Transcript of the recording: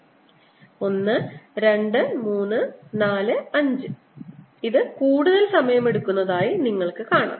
1 2 3 4 5 ഇത് കൂടുതൽ സമയം എടുക്കുന്നതായി നിങ്ങൾക്ക് കാണാം